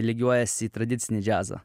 lygiuojasi į tradicinį džiazą